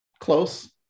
Close